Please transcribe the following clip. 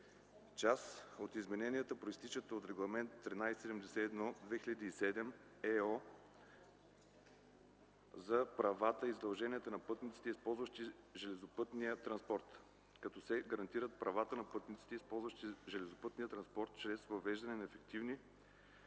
Част от измененията, произтичат от Регламент 1371/2007/ЕО за правата и задълженията на пътниците, използващи железопътен транспорт, като се гарантират правата на пътниците, използващи железопътен транспорт, чрез въвеждане на ефективни,